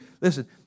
Listen